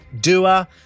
doer